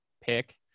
pick